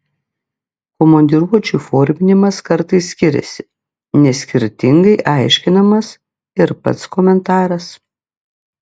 komandiruočių įforminimas kartais skiriasi nes skirtingai aiškinamas ir pats komentaras